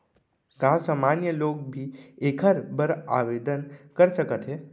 का सामान्य लोग भी एखर बर आवदेन कर सकत हे?